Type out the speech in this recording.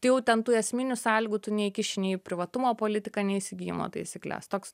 tai jau ten tų esminių sąlygų tu neįkiši nei į privatumo politiką nei į įsigijimo taisykles toks